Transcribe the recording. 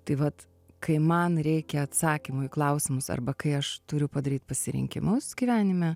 tai vat kai man reikia atsakymų į klausimus arba kai aš turiu padaryt pasirinkimus gyvenime